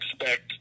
expect